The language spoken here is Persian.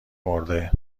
مرده